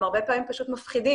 הם הרבה פעמים פשוט מפחידים,